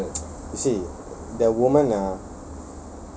so you see the woman ah